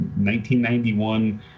1991